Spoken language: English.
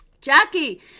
jackie